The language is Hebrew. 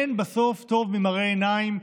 בסוף אין טוב ממראה עיניים,